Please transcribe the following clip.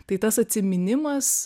tai tas atsiminimas